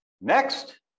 Next